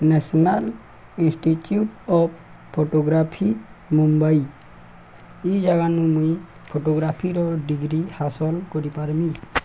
national institute of photography Mumbai ଏଇ ଜାଗାାନୁ ମୁଇଁ ଫଟୋଗ୍ରାଫିର ଡିଗ୍ରୀ ହାସଲ କରିପାରମି